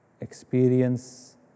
Experience